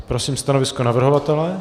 Prosím stanovisko navrhovatele?